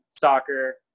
soccer